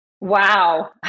Wow